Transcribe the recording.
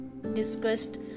discussed